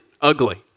ugly